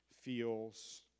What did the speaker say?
feels